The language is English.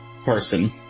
person